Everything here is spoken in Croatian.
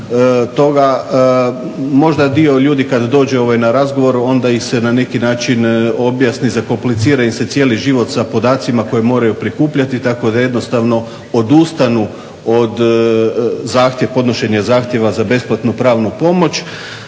Možda dio ljudi kada dođe na razgovor onda ih se na neki način objasni, zakomplicira im se cijeli život sa podacima koje moraju prikupljati. Tako da jednostavno odustanu od zahtjev, podnošenja zahtjeva za besplatnu pravnu pomoć.